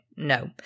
No